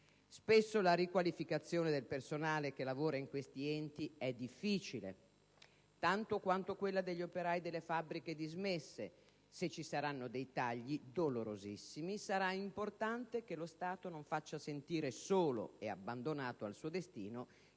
Spesso la riqualificazione del personale che lavora in questi enti è difficile tanto quanto quella degli operai delle fabbriche dismesse; se ci saranno dei tagli, dolorosissimi, sarà importante che lo Stato non faccia sentire solo e abbandonato al suo destino